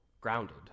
grounded